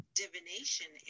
divination